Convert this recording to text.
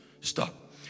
stop